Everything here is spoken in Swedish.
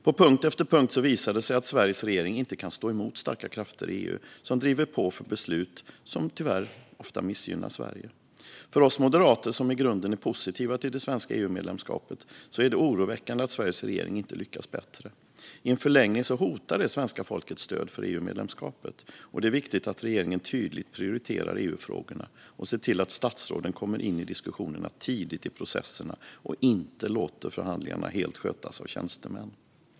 På punkt efter punkt visar det sig att Sveriges regering inte kan stå emot starka krafter i EU som driver på för beslut som tyvärr ofta missgynnar Sverige. För oss moderater, som i grunden är positiva till det svenska EU-medlemskapet, är det oroväckande att Sveriges regering inte lyckas bättre. I en förlängning hotar detta det svenska folkets stöd för EU-medlemskapet. Det är viktigt att regeringen tydligt prioriterar EU-frågorna och ser till att statsråden kommer in i diskussionerna tidigt i processerna och inte låter förhandlingarna helt skötas av tjänstemän.